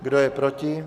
Kdo je proti?